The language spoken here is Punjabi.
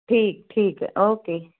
ਠੀਕ ਠੀਕ ਓਕੇ